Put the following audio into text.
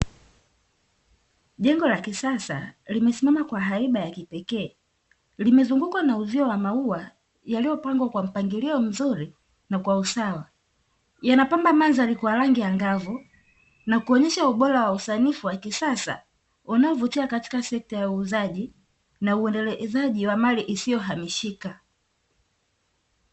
Jengo la kisasa limesimama kwa haiba ya kipekee limezungukwa na uzio wa maua yaliyopangwa kwa mpangilio mzuri kwa usawa, yanapamba mazingira kwa rangi angavu na kuonyesha ubora na usabifu wa kisasa unaovutia katika sekta ya uuzaji na uendelezaji wa mali isiyohamishika.